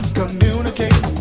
communicate